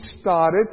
started